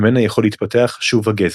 ממנה יכול להתפתח שוב הגזע.